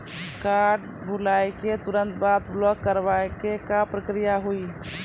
Card भुलाए के तुरंत बाद ब्लॉक करवाए के का प्रक्रिया हुई?